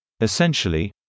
Essentially